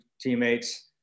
teammates